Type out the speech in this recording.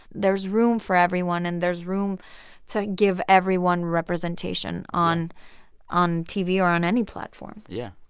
there's room for everyone. and there's room to give everyone representation on on tv or on any platform yeah.